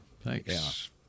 Thanks